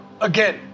again